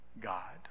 God